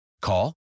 Call